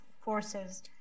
Forces